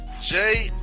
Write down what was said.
Jay